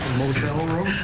motel room?